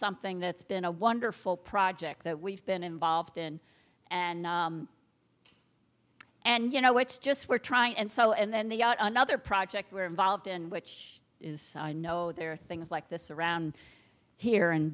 something that's been a wonderful project that we've been involved in and and you know it's just we're trying and so and then the another project we're involved in which is i know there are things like this around here